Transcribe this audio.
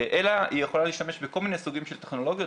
אלא היא יכולה להשתמש בכל מיני סוגים של טכנולוגיות,